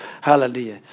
hallelujah